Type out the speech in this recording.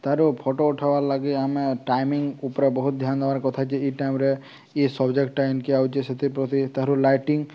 ତା'ର ଫଟୋ ଉଠିବାର୍ ଲାଗି ଆମେ ଟାଇମିଂ ଉପରେ ବହୁତ ଧ୍ୟାନ ଦେବାର କଥା ଯେ ଏଇ ଟାଇମ୍ରେ ଇଏ ସବଜେକ୍ଟଟା ଏନ୍କି ଆଉଚି ସେଥିର୍ ପ୍ରତି ତାହାରୁ ଲାଇଟିଂ